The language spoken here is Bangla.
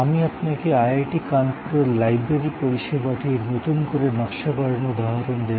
আমি আপনাকে আইআইটি কানপুরের লাইব্রেরি পরিষেবাটির নতুন করে নকশাকরণের উদাহরণ দেব